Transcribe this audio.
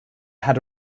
had